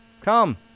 Come